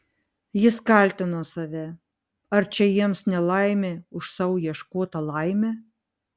jis kaltino save ar čia jiems nelaimė už sau ieškotą laimę